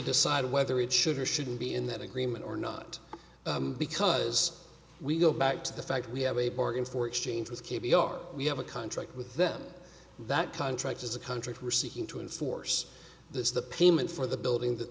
decide whether it should or shouldn't be in that agreement or not because we go back to the fact we have a bargain for exchange with k b r we have a contract with them that contract is a country we're seeking to enforce this the payment for the building that